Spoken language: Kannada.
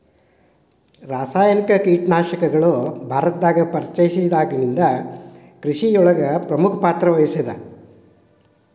ರಾಸಾಯನಿಕ ಕೇಟನಾಶಕಗಳು ಭಾರತದಾಗ ಪರಿಚಯಸಿದಾಗನಿಂದ್ ಕೃಷಿಯೊಳಗ್ ಪ್ರಮುಖ ಪಾತ್ರವಹಿಸಿದೆ